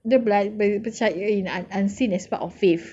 dia bela~ percaya in the unseen as part of faith